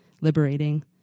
liberating